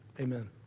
amen